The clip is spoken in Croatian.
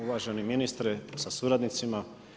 Uvaženi ministre sa suradnicima.